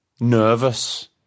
nervous